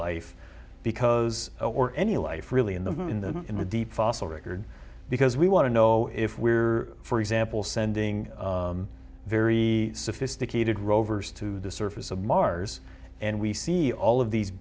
life because or any life really in the in the in the deep fossil record because we want to know if we're for example sending very sophisticated rovers to the surface of mars and we see all of these